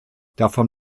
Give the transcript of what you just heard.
davon